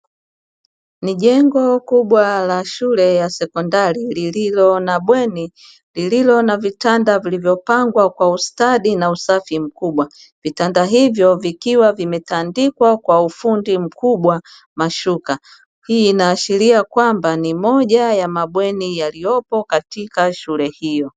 Ni jengo kubwa la shule ya sekpndari lililo na bweni, lililo na vitanda vilivyopangwa kwa ustadi na usafi mkubwa, vitanda hivyo ikiwa vimetandikwa kwa ufundi mkubwa mashuka. Hii inaashiria kwamba ni moja ya mabweni yaliyopo katika shule hiyo.